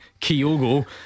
Kyogo